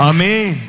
Amen